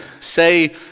say